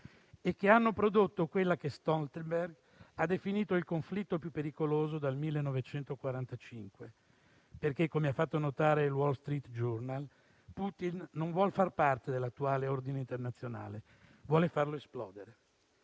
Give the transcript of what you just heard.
e che hanno prodotto quello che Stoltenberg ha definito il conflitto più pericoloso dal 1945, perché, come ha fatto notare il «The Wall Street Journal», Putin non vuole far parte dell'attuale ordine internazionale, vuole farlo esplodere.